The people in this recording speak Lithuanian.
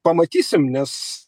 pamatysim nes